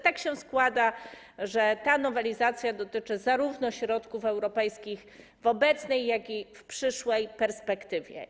Tak się składa, że ta nowelizacja dotyczy środków europejskich zarówno w obecnej, jak i w przyszłej perspektywie.